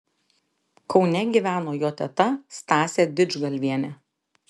kaune gyveno jo teta stasė didžgalvienė